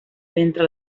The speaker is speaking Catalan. ventre